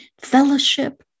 fellowship